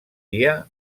dia